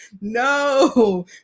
no